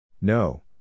No